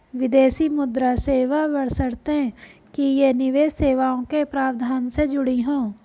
विदेशी मुद्रा सेवा बशर्ते कि ये निवेश सेवाओं के प्रावधान से जुड़ी हों